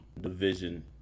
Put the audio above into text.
division